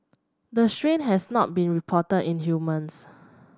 the strain has not been reported in humans